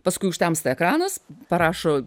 paskui užtemsta ekranas parašo